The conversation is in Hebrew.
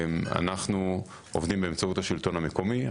אנחנו עובדים באמצעות השלטון המקומי,